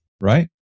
right